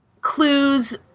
clues